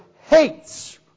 hates